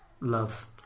Love